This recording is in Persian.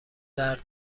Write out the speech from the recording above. درد